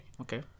okay